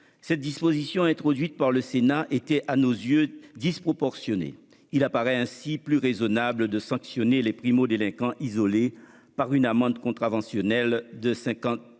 Cette disposition, introduite par le Sénat, était à nos yeux disproportionnée. Il apparaît plus raisonnable de sanctionner les primo-délinquants isolés par une amende contraventionnelle de